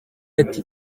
ati